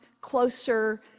closer